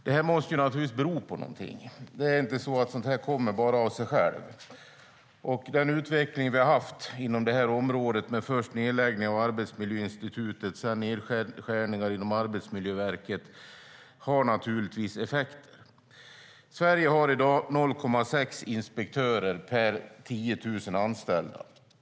Det måste naturligtvis bero på någonting; det är inte så att det kommer bara av sig själv. Den utveckling vi har haft inom området, med först nedläggning av Arbetslivsinstitutet och sedan nedskärningar inom Arbetsmiljöverket, har naturligtvis effekter. Sverige har i dag 0,6 inspektörer per 10 000 anställda.